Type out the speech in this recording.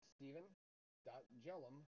Stephen.Jellum